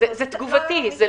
זה לא נכון,